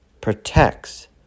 protects